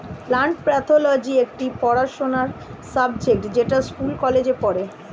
plant pathology একটি পড়াশোনার subject যেটা স্কুল কলেজে পড়ে